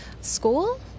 school